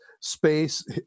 space